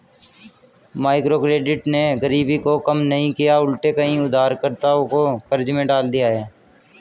microcredit ने गरीबी को कम नहीं किया उलटे कई उधारकर्ताओं को कर्ज में डाल दिया है